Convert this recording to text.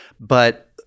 But-